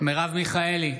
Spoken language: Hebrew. מרב מיכאלי,